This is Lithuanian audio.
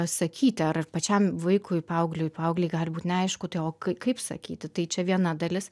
sakyti ar ir pačiam vaikui paaugliui paauglei gali būt neaišku tai o kaip sakyti tai čia viena dalis